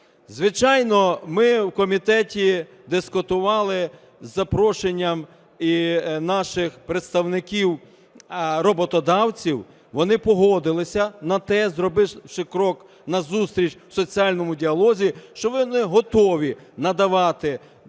Звичайно, ми в комітеті дискутували з запрошенням і наших представників роботодавців, вони погодилися на те, зробивши крок назустріч в соціальному діалозі, що вони готові надавати